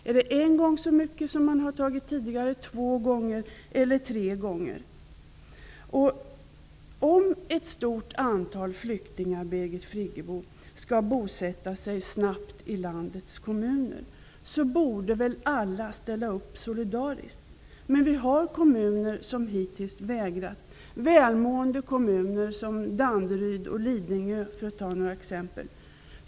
Är det en gång så mycket som man har tagit emot tidigare, eller är det två eller tre gånger mera? Om ett stort antal flyktingar, Birgit Friggebo, snabbt skall bosätta sig i landets kommuner borde väl alla ställa upp solidariskt. Men det finns kommuner som hittills har vägrat. Det gäller välmående kommuner som Danderyd och Lidingö, för att ge ett par exempel.